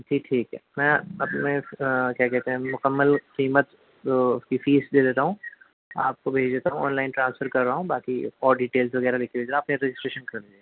جی ٹھیک ہے میں اپنے کیا کہتے ہیں مکمل قیمت کی فیس دے دیتا ہوں آپ کو بھیج دیتا ہوں آن لائن ٹرانسفر کر رہا ہوں باقی اور ڈیٹیلس وغیرہ لِکھ کے بھیجتا ہوں آپ رجسٹریشن کر دیجیے